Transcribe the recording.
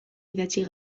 idatzi